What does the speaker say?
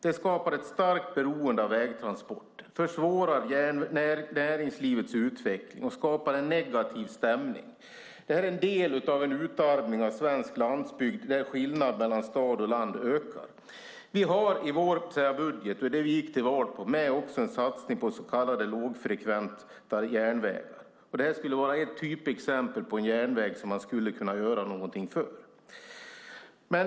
Det skapar ett starkt beroende av vägtransporter, försvårar näringslivets utveckling och skapar en negativ stämning. Det här är en del av utarmningen av svensk landsbygd, där skillnaden mellan stad och land ökar. Vi har i vår budget och i det vi gick till val på också med en satsning på så kallade lågfrekventa järnvägar. Det här skulle vara ett typexempel på en järnväg som man skulle kunna göra någonting för.